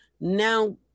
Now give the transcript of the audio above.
now